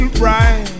bright